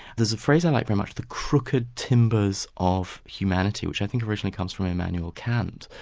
there's a phrase i like very much, the crooked timbers of humanity, which i think originally comes from immanuel kant,